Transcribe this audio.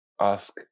ask